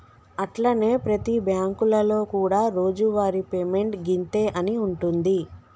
అట్లనే ప్రతి బ్యాంకులలో కూడా రోజువారి పేమెంట్ గింతే అని ఉంటుంది